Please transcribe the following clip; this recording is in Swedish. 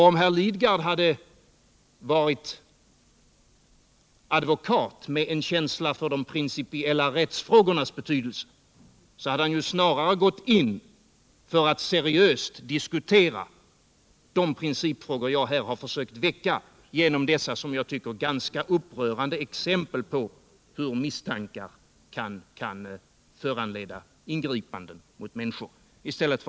Om herr Lidgard varit en advokat med känsla för de principiella rättsfrågornas betydelse borde han — i stället för att krypa undan på det här sättet — ha gått in för att seriöst diskutera de principfrågor jag försökt väcka genom dessa som jag tycker ganska upprörande exempel på hur misstankar kan föranleda ingripanden mot människor.